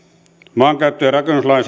maankäyttö ja rakennuslain